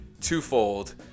twofold